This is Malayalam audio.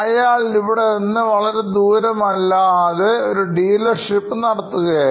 അയാൾ ഇവിടെ നിന്നും വളരെ ദൂരം അല്ലാതെ ഒരു ഡീലർഷിപ്പ് നടത്തുകയായിരുന്നു